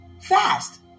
fast